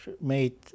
made